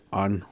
on